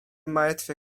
martwy